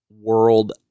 world